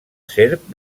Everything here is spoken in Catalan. serp